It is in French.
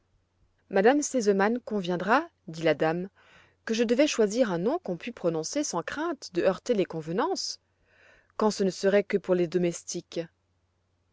madame sesemann conviendra dit la dame que je devais choisir un nom qu'on pût prononcer sans crainte de heurter les convenances quand ce ne serait que pour les domestiques